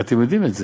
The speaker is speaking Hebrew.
אתם יודעים את זה.